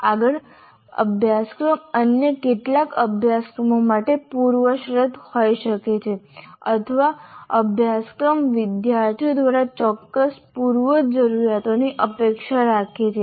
આગળ અભ્યાસક્રમ અન્ય કેટલાક અભ્યાસક્રમો માટે પૂર્વશરત હોઈ શકે છે અથવા અભ્યાસક્રમ વિદ્યાર્થીઓ દ્વારા ચોક્કસ પૂર્વજરૂરીયાતોની અપેક્ષા રાખે છે